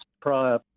prior